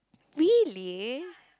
really